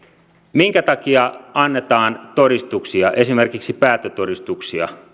minkä takia annetaan todistuksia esimerkiksi päättötodistuksia